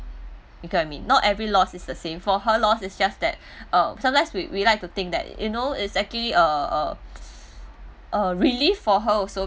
you got what I mean not every lost is the same for her lost is just that uh sometimes we we like to think that you know its actually a a a relieve for her also